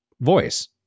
voice